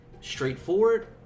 straightforward